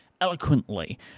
eloquently